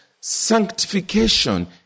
sanctification